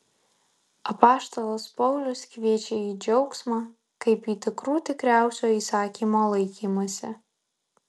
apaštalas paulius kviečia į džiaugsmą kaip į tikrų tikriausio įsakymo laikymąsi